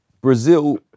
Brazil